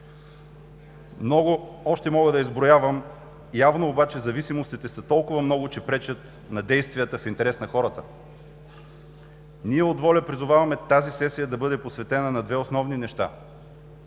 Мога още да изброявам, явно обаче зависимостите са толкова много, че пречат на действията в интерес на хората. Ние от „Воля“ призоваваме тази сесия да бъде посветена на две основни неща